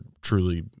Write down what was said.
truly